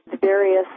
various